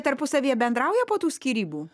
tarpusavyje bendrauja po tų skyrybų